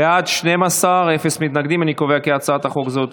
להעביר את הצעת חוק הגנה על זכויות